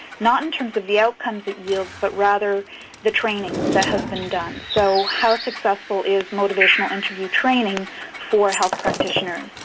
not in terms of the outcomes it yields, but rather the training that has been done. so how successful is motivational interview training for health practitioners.